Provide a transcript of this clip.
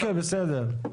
אוקיי, בסדר.